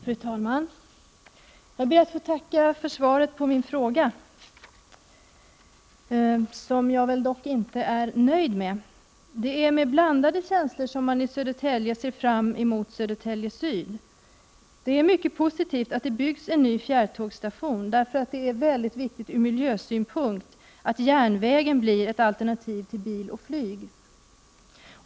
Fru talman! Jag ber att få tacka kommunikationsministern för svaret på min fråga, med vilket jag dock inte är nöjd. Det är med blandade känslor som vi i Södertälje ser fram emot projektet Södertälje Syd. Det är visserligen mycket positivt att det byggs en ny fjärrtågsstation. Det är ju mycket viktigt ur miljösynpunkt att järnvägen blir ett alternativ till bilen och flyget.